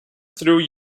through